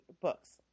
books